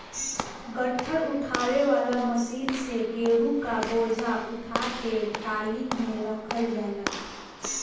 गट्ठर उठावे वाला मशीन से गेंहू क बोझा उठा के टाली में रखल जाला